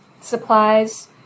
supplies